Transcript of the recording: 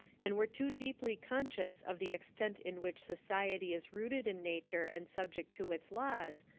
and were too deeply conscious of the extent in which society is rooted in nature and subject to its laws,